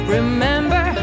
Remember